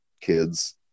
kids